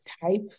type